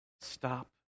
stop